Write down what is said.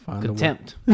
contempt